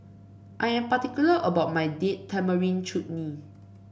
I am particular about my Date Tamarind Chutney